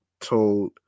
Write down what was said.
told